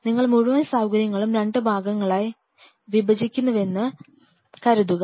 നിങ്ങൾ മുഴുവൻ സൌകര്യങ്ങളും 2 ഭാഗങ്ങളായി വിഭജിക്കുന്നുവെന്ന് കരുതുക